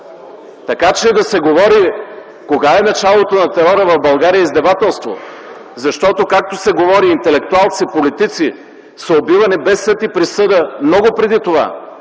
Така че да се говори, кога е началото на терора в България, е издевателство, защото, както се говори – интелектуалци, политици са убивани без съд и присъда много преди това.